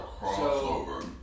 crossover